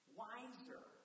wiser